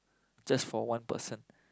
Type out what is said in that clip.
just for one person